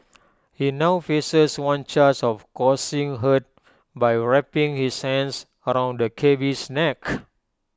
he now faces one charge of causing hurt by wrapping his hands around the cabby's neck